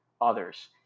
others